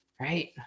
right